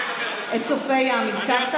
את צופי ים הזכרת?